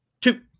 two